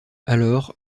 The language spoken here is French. alors